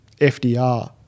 FDR